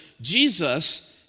Jesus